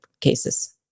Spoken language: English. cases